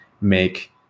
make